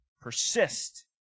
persist